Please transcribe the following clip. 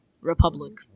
Republic